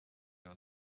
all